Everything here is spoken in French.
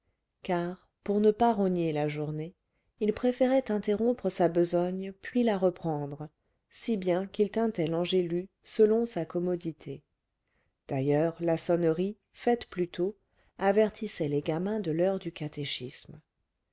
car pour ne pas rogner la journée il préférait interrompre sa besogne puis la reprendre si bien qu'il tintait l'angelus selon sa commodité d'ailleurs la sonnerie faite plus tôt avertissait les gamins de l'heure du catéchisme